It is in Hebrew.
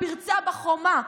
פרצה בחומה".